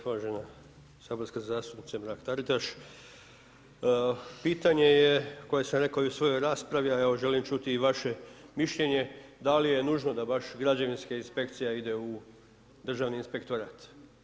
Uvažena saborska zastupnice Mrak Taritaš, pitanje je koje sam rekao i u svojoj raspravi a evo želim čuti i vaše mišljenje da li je nužno da baš građevinska inspekcija ide u Državni inspektorat.